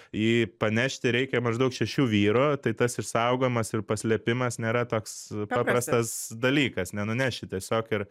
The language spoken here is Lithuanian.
jį panešti reikia maždaug šešių vyrų tai tas išsaugojimas ir paslėpimas nėra toks paprastas dalykas nenuneši tiesiog ir